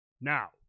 now